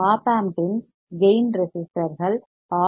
op ஆம்பின் கேயின் ரெசிஸ்டர்கள் ஆர்